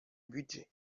budget